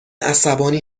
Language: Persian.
عصبانی